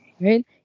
right